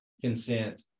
consent